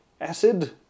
acid